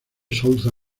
souza